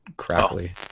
crappily